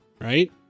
right